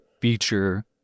feature